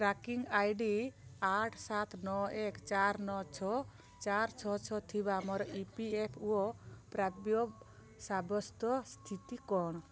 tracking I D ଆଠ ସାତ ନଅ ଏକ ଚାରି ନଅ ଛଅ ଚାରି ଛଅ ଛଅ ଥିବା ମୋର ଇ ପି ଏଫ୍ ଓ ପ୍ରାପ୍ୟ ସାବ୍ୟସ୍ତ ସ୍ଥିତି କ'ଣ